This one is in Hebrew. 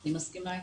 אני מסכימה איתך.